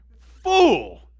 fool